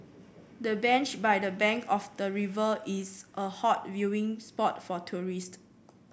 the bench by the bank of the river is a hot viewing spot for tourist